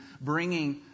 bringing